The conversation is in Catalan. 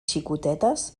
xicotetes